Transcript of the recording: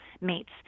mates